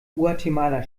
guatemala